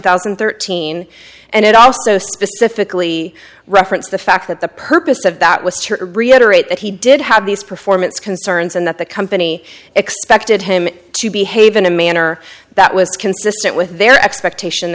thousand and thirteen and it also specifically referenced the fact that the purpose of that was to reiterate that he did have these performance concerns and that the company expected him to behave in a manner that was consistent with their expectation